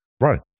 Right